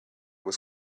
was